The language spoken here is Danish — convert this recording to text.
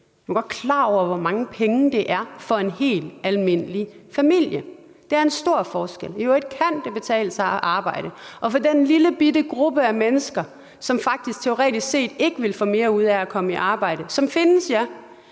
Er han godt klar over, hvor mange penge det er for en helt almindelig familie? Det udgør en stor forskel. I øvrigt kan det betale sig at arbejde, og af den lillebitte gruppe af mennesker, som teoretisk set ikke ville få mere ud af at komme i arbejde, og som